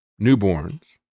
newborns